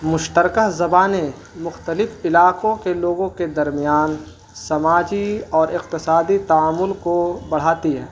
مشترکہ زبانیں مختلف علاقوں کے لوگوں کے درمیان سماجی اور اقتصادی تعامل کو بڑھاتی ہے